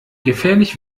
gefährlich